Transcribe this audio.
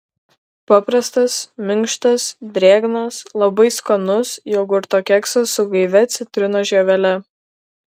paprastas minkštas drėgnas labai skanus jogurto keksas su gaivia citrinos žievele